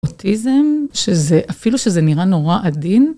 אוטיזם, אפילו שזה נראה נורא עדין.